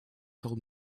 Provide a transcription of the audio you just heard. told